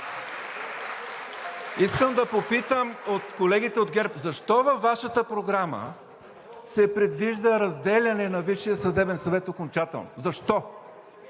Искам да попитам колегите от ГЕРБ: защо във Вашата програма се предвижда разделяне на Висшия съдебен съвет окончателно? Защо?